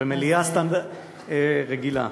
במליאה רגילה.